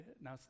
Now